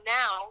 now